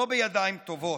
לא בידיים טובות.